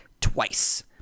twice